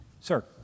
sir